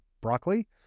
broccoli